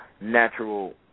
natural